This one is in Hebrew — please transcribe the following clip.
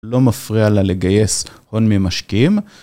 לא מפריע לה לגייס הון ממשקיעים.